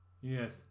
yes